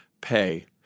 pay